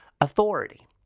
authority